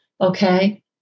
okay